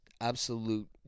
absolute